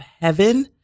heaven